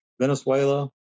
Venezuela